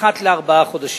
אחת לארבעה חודשים.